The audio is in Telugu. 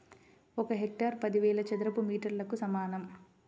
ఒక హెక్టారు పదివేల చదరపు మీటర్లకు సమానం